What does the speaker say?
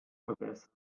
verbessern